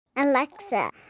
Alexa